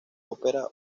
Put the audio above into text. ópera